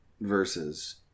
versus